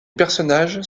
personnages